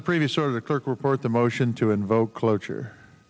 the previous order the clerk report the motion to invoke cloture